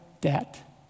debt